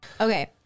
Okay